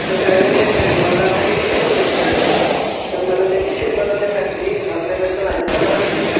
तर त्या अरेंजमेंटसाठी मला काही डिशेस सिलेक्ट करायचे होता तर मला ते डिशेस बनवनण्यासाठी आपल्याकडचं भाजीपाला पाहिजे